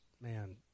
man